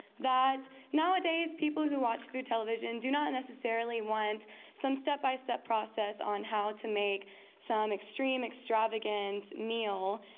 that nowadays people who watch food television do not necessarily want some step-by-step process on how to make some extreme, extravagant meal,